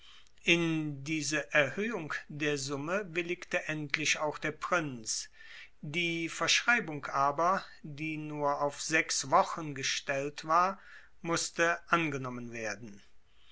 in diese erhöhung der summe willigte endlich auch der prinz die verschreibung aber die nur auf sechs wochen gestellt war mußte angenommen werden